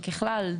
ככלל,